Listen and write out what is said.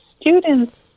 students